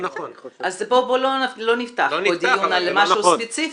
לא נפתח פה דיון על משהו ספציפי,